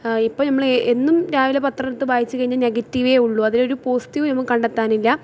ഇപ്പം നമ്മൾ എന്നും രാവിലെ പത്രമെടുത്ത് ബായിച്ച് കഴിഞ്ഞാൽ നെഗറ്റീവെ ഉള്ളു അതിനൊരു പോസിറ്റിവ് നമുക്ക് കണ്ടെത്താനില്ല